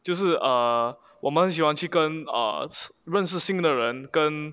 就是 err 我们很喜欢去跟 err 认识新的人跟